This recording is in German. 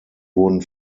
wurden